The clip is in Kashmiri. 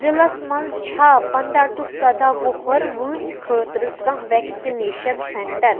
ضلعس منٛز چھا پنٛداہ ٹُو سَداہ وُہُر وٲنٛسہِ خٲطرٕ کانٛہہ ویکسِنیٚشن سینٛٹر